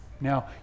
Now